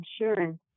insurance